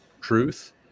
truth